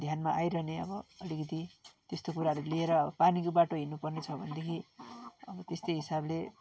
ध्यानमा आइरहने अब अलिकति त्यस्तो कुराहरू लिएर पानीको बाटो हिँड्नुपर्ने छ भनेदेखि अब त्यस्तै हिसाबले